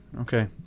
Okay